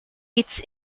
its